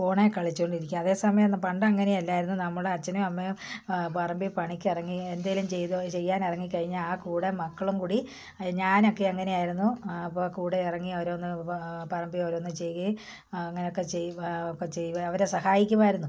ഫോണിൽ കളിച്ചുകൊണ്ടിരിക്കാം അതേസമയം പണ്ടങ്ങനെ അല്ലായിരുന്നു നമ്മുടെ അച്ഛനും അമ്മയും പറമ്പിൽ പണിക്കിറങ്ങി എന്തെങ്കിലും ചെയ്തോ ചെയ്യാൻ ഇറങ്ങിക്കഴിഞ്ഞാൽ ആ കൂടെ മക്കളും കൂടി ഞാനൊക്കെ അങ്ങനെ ആയിരുന്നു അപ്പോൾ കൂടെ ഇറങ്ങി ഓരോന്ന് പറമ്പിൽ ഓരോന്നു ചെയ്യുകയും അങ്ങനെയൊക്കെ ചെയ്യുമ്പോൾ ഒക്കെ ചെയ്യുകയും അവരെ സഹായിക്കുമായിരുന്നു